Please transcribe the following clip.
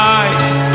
eyes